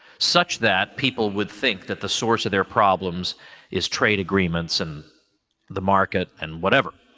such that people would think that the source of their problems is trade agreements and the market and whatever.